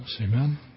Amen